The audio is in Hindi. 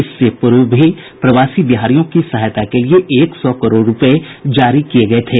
इससे पूर्व भी प्रवासी बिहारियों की सहायता के लिए एक सौ करोड़ रूपये जारी किये गये थे